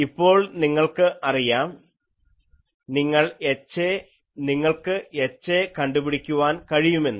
ഇപ്പോൾ നിങ്ങൾക്ക് അറിയാം നിങ്ങൾക്ക് HA കണ്ടുപിടിക്കാൻ കഴിയുമെന്ന്